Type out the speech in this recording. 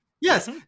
Yes